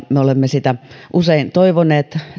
me olemme sitä usein toivoneet